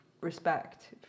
respect